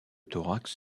thorax